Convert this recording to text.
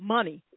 Money